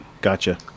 Gotcha